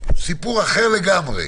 סיפור אחר לגמרי,